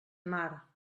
mar